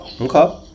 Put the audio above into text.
Okay